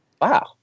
Wow